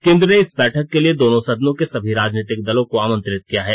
केंद्र ने इस बैठक के लिए दोनों सदनों के सभी राजनीतिक दलों को आमंत्रित किया है